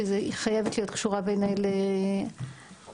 ובעיניי היא חייבת להיות קשורה קודם כל